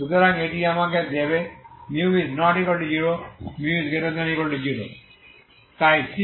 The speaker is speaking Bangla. সুতরাং এটি আমাকে দেবে μ≠0 μ0 তাই c1c2